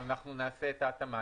אנחנו נעשה את ההתאמה.